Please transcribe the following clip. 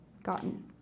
gotten